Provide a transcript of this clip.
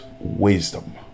wisdom